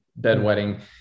bedwetting